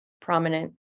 prominent